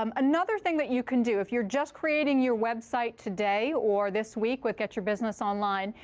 um another thing that you can do if you're just creating your website today or this week with get your business online,